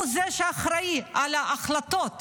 הוא זה שאחראי להחלטות